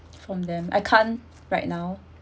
from them I can't right now